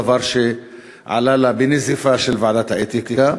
דבר שעלה לה בנזיפה של ועדת האתיקה.